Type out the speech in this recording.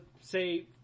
say